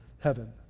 heaven